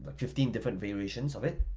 but fifteen different variations of it.